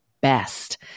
best